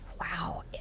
Wow